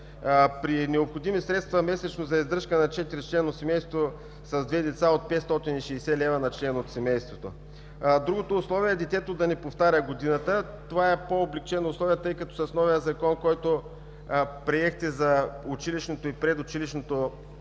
при необходими средства за месечна издръжка на четиричленно семейство с две деца от 560 лв. на член от семейството. Другото условие е детето да не повтаря годината. Това е по-облекчено условие, тъй като с новия Закон за училищното и предучилищното